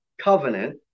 covenant